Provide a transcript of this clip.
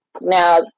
now